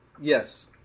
Yes